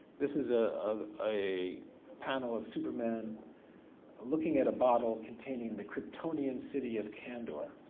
this is ah ah a panel of superman looking at a bottle containing the kryptonian city of candor,